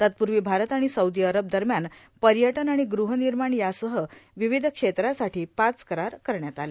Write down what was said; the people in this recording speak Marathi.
तत्पूर्वी भारत आणि सौदी अरब दरम्यान पर्यटन आणि ग्रहनिर्माण यासह विविध क्षेत्रासाठी पाच करार करण्यात आले